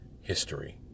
history